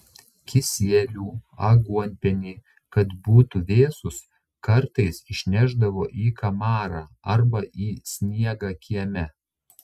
kisielių aguonpienį kad būtų vėsūs kartais išnešdavo į kamarą arba į sniegą kieme